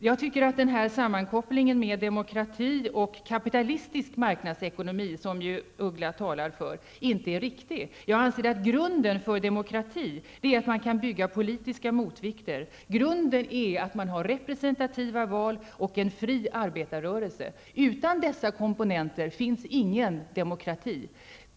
Jag tycker att sammankopplingen mellan demokrati och kapitalistisk marknadsekonomi, som Margaretha af Ugglas talar om inte är riktig. Jag anser att grunden för demokrati är att man kan bygga politiska motvikter. Grunden är att man har representativa val och en fri arbetarrörelse. Utan dessa komponenter finns ingen demokrati.